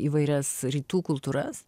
įvairias rytų kultūras